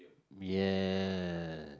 ya